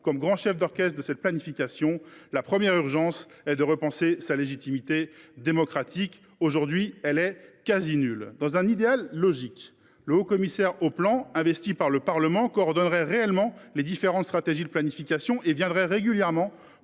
comme grand chef d’orchestre de cette planification, la première urgence est de repenser sa légitimité démocratique. Aujourd’hui, elle est quasi nulle. Dans un idéal logique, le haut commissaire au plan, investi par le Parlement, coordonnerait réellement les différentes stratégies de planification et viendrait régulièrement